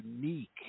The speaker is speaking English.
unique